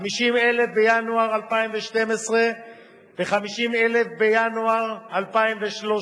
50,000 בינואר 2012 ו-50,000 בינואר 2013,